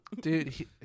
Dude